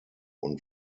und